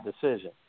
decision